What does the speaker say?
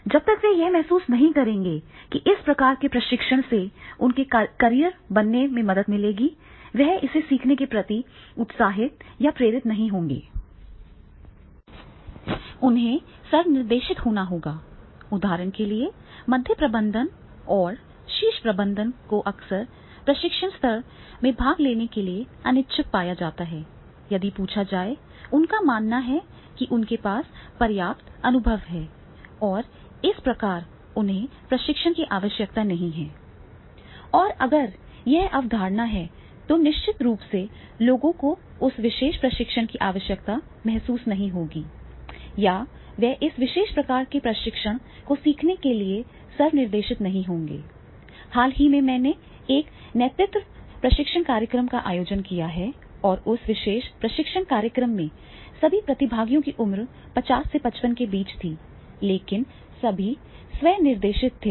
जब तक वे महसूस नहीं करेंगे कि इस प्रकार के प्रशिक्षण से उनके करियर बनाने में मदद मिलेगी वे इस सीखने के प्रति उत्साही या प्रेरित नहीं होंगे